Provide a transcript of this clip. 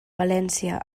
valència